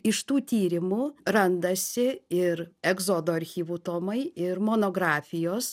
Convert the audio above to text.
iš tų tyrimų randasi ir egzodo archyvų tomai ir monografijos